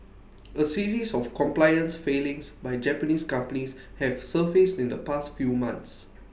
A series of compliance failings by Japanese companies have surfaced in the past few months